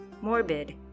morbid